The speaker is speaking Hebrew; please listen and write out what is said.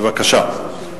בבקשה.